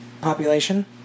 Population